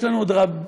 יש לנו עוד רבים,